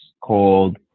called